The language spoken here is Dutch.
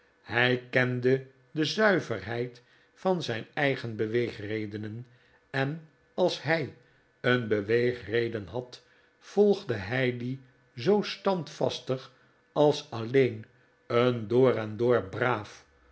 hij kende de zuiverheid van zijn eigen beweegredenen en als hij een beweegreden had volgde hij die zoo standvastig als alleen een door en door braaf